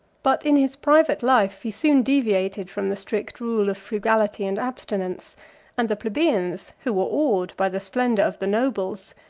but in his private life he soon deviated from the strict rule of frugality and abstinence and the plebeians, who were awed by the splendor of the nobles,